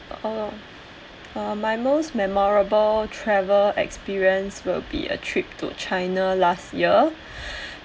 uh uh my most memorable travel experience will be a trip to china last year